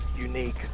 unique